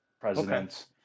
president